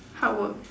hard work